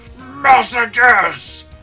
Messages